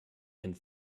and